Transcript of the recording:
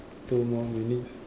two more minutes